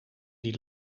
die